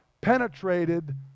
penetrated